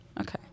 Okay